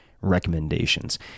recommendations